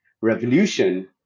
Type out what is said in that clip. revolution